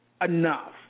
enough